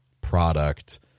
product